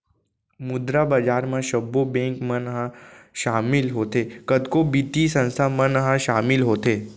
मुद्रा बजार म सब्बो बेंक मन ह सामिल होथे, कतको बित्तीय संस्थान मन ह सामिल होथे